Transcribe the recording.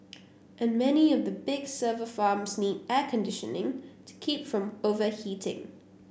and many of the big server farms need air conditioning to keep from overheating